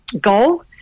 goal